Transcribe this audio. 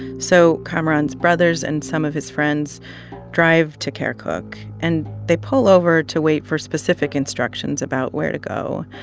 so kamaran's brothers and some of his friends drive to kirkuk. and they pull over to wait for specific instructions about where to go.